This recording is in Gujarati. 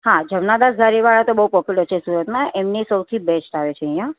હા જમનદાસ ઘારીવાળા તો બહુ પોપ્યુલર છે સુરતમાં એમની સૌથી બેસ્ટ આવે છે અહીંયા